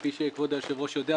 כפי שכבוד היושב ראש יודע,